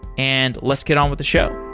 and let's get on with the show.